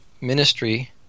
ministry